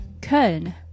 Köln